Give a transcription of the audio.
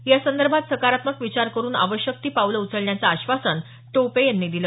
यासंदर्भात सकारात्मक विचार करुन आवश्यक ती पावलं उचलण्याचं आश्वासन टोपे यांनी दिलं